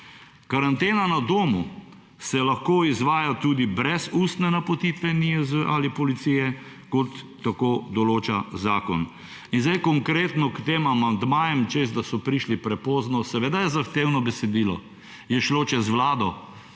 Karantena na domu se lahko izvaja tudi brez ustne napotitve NIJZ ali policije, kot tako določa zakon. In zdaj konkretno k tem amandmajem, češ da so prišli prepozno. Seveda je zahtevno besedilo, je šlo čez vlado